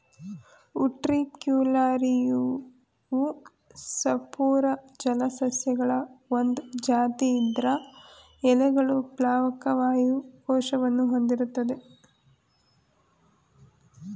ಉಟ್ರಿಕ್ಯುಲಾರಿಯವು ಸಪೂರ ಜಲಸಸ್ಯಗಳ ಒಂದ್ ಜಾತಿ ಇದ್ರ ಎಲೆಗಳು ಪ್ಲಾವಕ ವಾಯು ಕೋಶವನ್ನು ಹೊಂದಿರ್ತ್ತವೆ